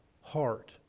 Heart